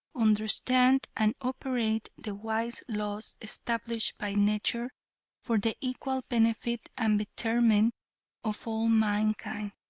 understand and operate the wise laws established by nature for the equal benefit and betterment of all mankind.